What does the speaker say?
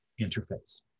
interface